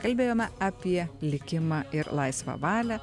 kalbėjome apie likimą ir laisvą valią